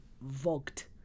Vogt